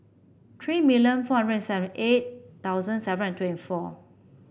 three million four hundred and seven eight thousand seven hundred and twenty four